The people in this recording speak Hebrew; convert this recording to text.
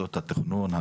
ועדות התכנון,